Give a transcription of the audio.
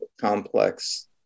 complex